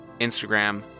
Instagram